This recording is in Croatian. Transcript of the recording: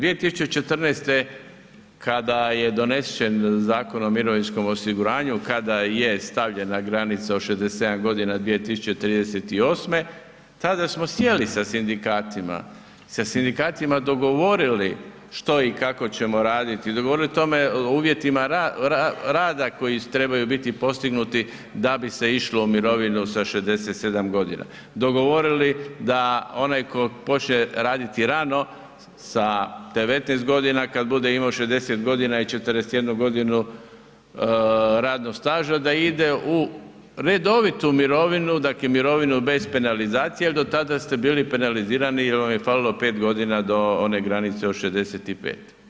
2014. kada je donesen Zakon o mirovinskom osiguranju, kada je stavljena granica od 67 godina 2038. tada smo sjeli sa sindikatima, sa sindikatima dogovorili što i kako ćemo raditi, dogovorili tome o uvjetima rada koji trebaju biti postignuti da bi se išlo u mirovinu sa 67 godina, dogovorili da onaj tko počne raditi rano sa 19 godina kad bude imao 60 godina i 41 godinu radnog staža da ide u redovitu mirovinu, dakle mirovinu bez penalizacije jer do tada ste bili penalizirani jer vam je falilo 5 godina do one granice od 65.